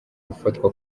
gufatwa